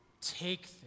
Take